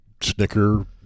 snicker